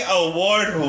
award